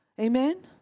Amen